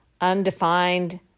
undefined